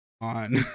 on